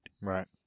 Right